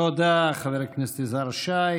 תודה, חבר הכנסת יזהר שי.